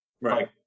Right